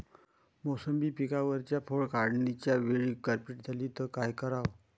मोसंबी पिकावरच्या फळं काढनीच्या वेळी गारपीट झाली त काय कराव?